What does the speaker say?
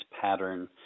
pattern